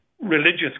religious